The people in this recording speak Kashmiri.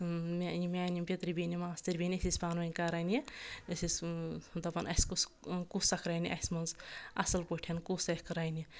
مےٚ یِم میٛانہِ یِم پِترِ بیٚنہِ ماستٕر بیٚنہِ أسۍ ٲسۍ پَنٕنۍ کَران یہِ أسۍ ٲسۍ دَپان اَسہِ کُس کُس اکھ رَنہِ اَسہِ منٛز اَصٕل پٲٹھۍ کُس اکھ رَنہِ